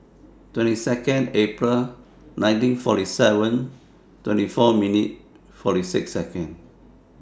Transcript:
twenty two April nineteen forty seven twenty four forty six